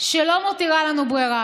שלא מותירה לנו ברירה.